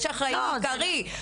יש אחראי עיקרי,